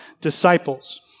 disciples